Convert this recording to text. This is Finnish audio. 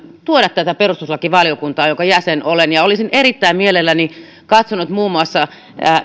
tuoda tätä perustuslakivaliokuntaan jonka jäsen olen olisin erittäin mielelläni katsonut muun muassa